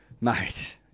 Mate